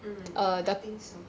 um I think so